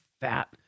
fat